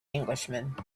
englishman